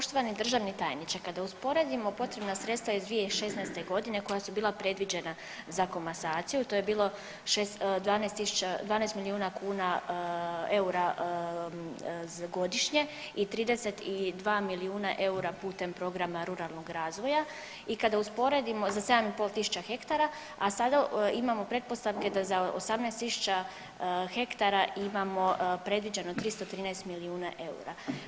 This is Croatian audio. Poštovani državni tajniče kada usporedimo potrebna sredstva iz 2016. godine koja su bila predviđena za komasaciju to je bilo 12 tisuća, 12 milijuna kuna eura godišnje i 32 milijuna eura putem programa ruralnog razvoja i kada usporedimo, za 7,5 tisuća hektara, a sada imamo pretpostavke da za 18.000 hektara imamo predviđeno 313 milijuna eura.